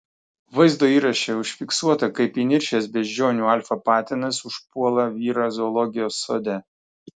vaizdo įraše užfiksuota kaip įniršęs beždžionių alfa patinas užpuola vyrą zoologijos sode